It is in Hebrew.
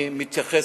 אני מתייחס,